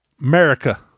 america